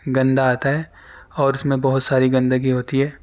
گندہ آتا ہے اور اس میں بہت ساری گندگی ہوتی ہے